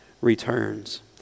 returns